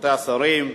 רבותי השרים,